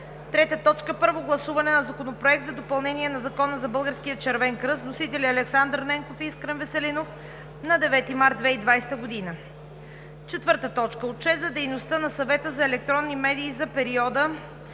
2019 г. 3. Първо гласуване на Законопроекта за допълнение на Закона за Българския Червен кръст. Вносители – Александър Ненков и Искрен Веселинов на 9 март 2020 г. 4. Отчет за дейността на Съвета за електронни медии за периода